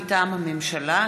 מטעם הממשלה,